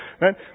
right